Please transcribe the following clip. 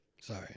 Sorry